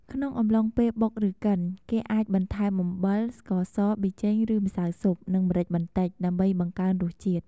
ក្នុងអំឡុងពេលបុកឬកិន គេអាចបន្ថែមអំបិល ស្ករស ប៊ីចេង ឬម្សៅស៊ុប និងម្រេចបន្តិច ដើម្បីបង្កើនរសជាតិ។